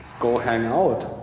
go hang out